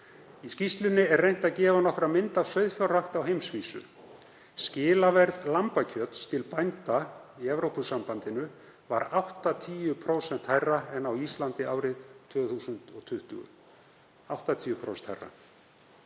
„Í skýrslunni er reynt að gefa nokkra mynd af sauðfjárrækt á heimsvísu. Skilaverð lambakjöts til bænda í ESB var 80% hærra en á Íslandi árið 2020.